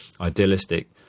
idealistic